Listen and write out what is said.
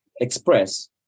express